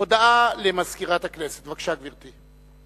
הודעה למזכירת הכנסת, בבקשה, גברתי.